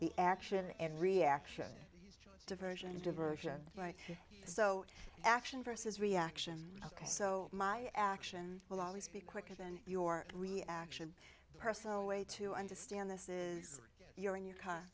the action and reaction diversion is diversion right so action versus reaction ok so my action will always be quicker than your reaction personal way to understand this is you're in your car